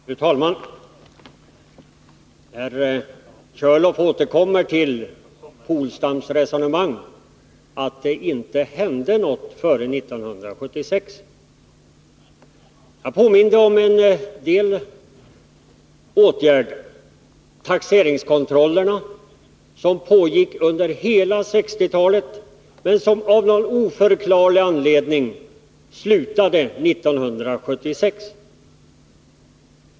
Fru talman! Björn Körlof återkommer till Åke Polstams resonemang om att det inte hände något före 1976. Jag påminde om en del åtgärder som vidtagits, t.ex. taxeringskontrollerna som pågick under hela 1960-talet men som av någon oförklarlig anledning upphörde 1976.